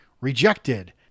rejected